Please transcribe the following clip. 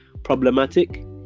problematic